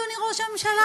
אדוני ראש הממשלה,